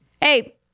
Hey